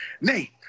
Nate